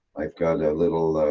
i've got a little